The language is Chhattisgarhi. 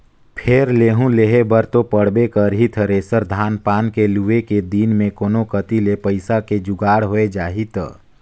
फेर लेहूं लेहे बर तो पड़बे करही थेरेसर, धान पान के लुए के दिन मे कोनो कति ले पइसा के जुगाड़ होए जाही त